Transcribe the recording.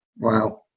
Wow